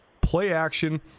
play-action